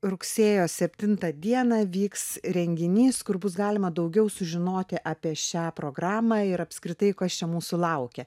rugsėjo septintą dieną vyks renginys kur bus galima daugiau sužinoti apie šią programą ir apskritai kas čia mūsų laukia